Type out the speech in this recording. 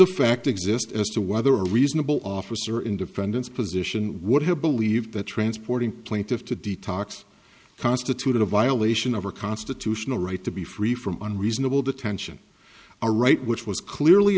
of fact exist as to whether a reasonable officer independence position would have believed that transporting plaintiff to detox constituted a violation of her constitutional right to be free from unreasonable detention a right which was clearly